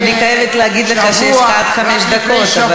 אני חייבת להגיד לך שיש לך עד חמש דקות.